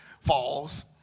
Falls